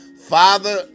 Father